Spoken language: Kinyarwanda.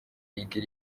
lick